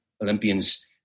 Olympians